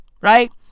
right